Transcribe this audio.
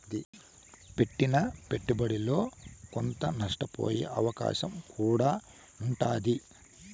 పెట్టిన పెట్టుబడిలో కొంత నష్టపోయే అవకాశం కూడా ఉంటాది